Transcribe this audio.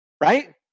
right